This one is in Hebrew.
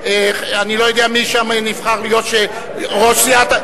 אני לא יודע מי שם נבחר להיות ראש סיעת,